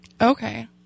Okay